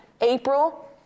April